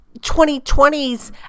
2020s